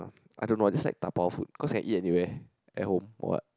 I don't know I just like dabao food cause can eat anywhere at home or what